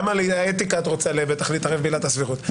גם על אתיקה את רוצה להתערב בעילת הסבירות.